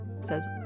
says